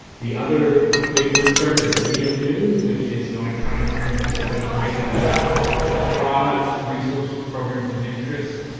the other big list serve is video news which is an electronic clearing house of information about products, resources, programs of interest.